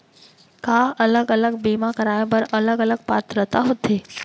का अलग अलग बीमा कराय बर अलग अलग पात्रता होथे?